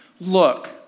look